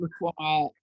require